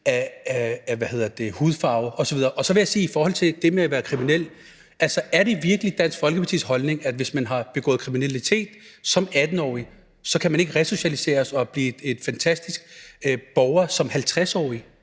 af hudfarve osv. Så vil jeg i forhold til det med at være kriminel spørge: Er det virkelig Dansk Folkepartis holdning, at man, hvis man har begået kriminalitet som 18-årig, så ikke kan resocialiseres og blive en fantastisk borger som 50-årig?